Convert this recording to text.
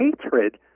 hatred